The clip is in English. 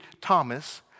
Thomas